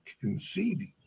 conceding